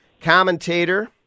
commentator